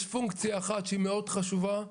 יש פונקציה אחת חשובה מאוד,